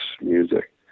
music